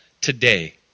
today